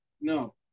No